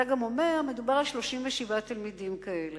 אתה גם אומר: מדובר על 37 תלמידים כאלה.